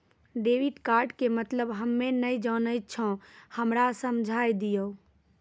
Debit card के मतलब हम्मे नैय जानै छौ हमरा समझाय दियौ?